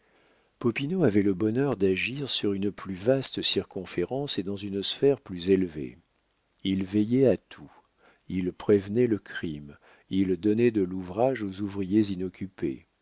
popinot avait le bonheur d'agir sur une plus vaste circonférence et dans une sphère plus élevée il veillait à tout il prévenait le crime il donnait de l'ouvrage aux ouvriers inoccupés